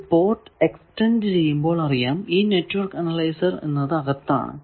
ഒരു port extent ചെയ്യുമ്പോൾ അറിയാം ഈ നെറ്റ്വർക്ക് അനലൈസർ എന്നത് അകത്താണ്